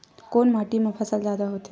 कोन माटी मा फसल जादा होथे?